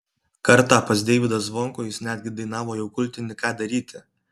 kartą pas deivydą zvonkų jis netgi dainavo jau kultinį ką daryti